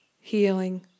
healing